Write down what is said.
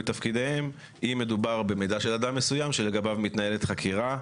תפקידיהם אם מדובר במידע של אדם מסוים שלגביו מתנהלת חקירה,